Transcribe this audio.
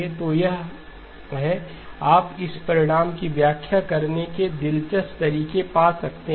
तो यह है आप इस परिणाम की व्याख्या करने के दिलचस्प तरीके पा सकते हैं